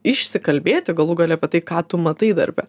išsikalbėti galų gale tai ką tu matai darbe